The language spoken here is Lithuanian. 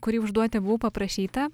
kurį užduoti buvo paprašyta